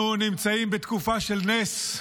אנחנו נמצאים בתקופה של נס.